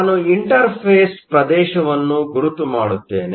ನಾನು ಇಂಟರ್ಫೇಸ್ ಪ್ರದೇಶವನ್ನು ಗುರುತು ಮಾಡುತ್ತೇನೆ